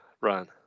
run